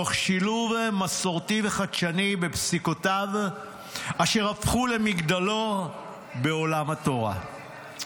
תוך שילוב מסורתי וחדשני בפסיקותיו אשר הפכו למגדלור בעולם התורה.